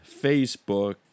Facebook